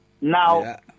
Now